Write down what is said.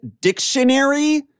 dictionary